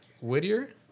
Whittier